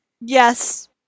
Yes